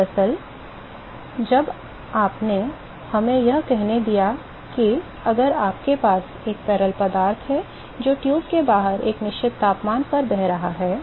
दरअसल जब आपने हमें यह कहने दिया है कि अगर आपके पास एक तरल पदार्थ है जो ट्यूब के बाहर एक निश्चित तापमान पर बह रहा है